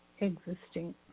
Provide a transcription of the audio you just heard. existing